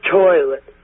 toilet